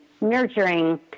nurturing